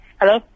Hello